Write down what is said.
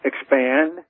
expand